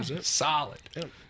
Solid